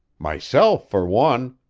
myself, for one.